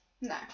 No